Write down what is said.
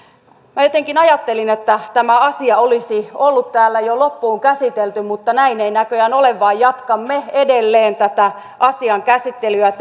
minä jotenkin ajattelin että tämä asia olisi ollut täällä jo loppuun käsitelty mutta näin ei näköjään ole vaan jatkamme edelleen tätä asian käsittelyä